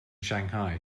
shanghai